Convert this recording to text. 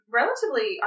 relatively